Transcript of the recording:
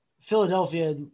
Philadelphia